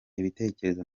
ibitekerezo